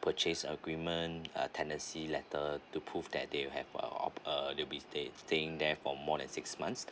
purchase agreement uh tenancy letter to prove that they have uh of uh they will be stay staying there for more than six months